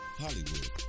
Hollywood